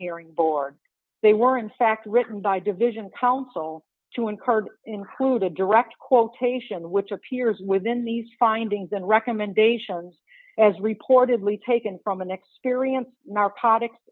hearing board they were in fact written by division counsel to incurred include a direct quotation which appears within these findings and recommendations as reportedly taken from an experienced narcotics